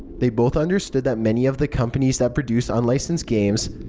they both understood that many of the companies that produced unlicensed games,